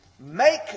make